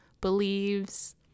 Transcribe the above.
believes